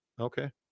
Okay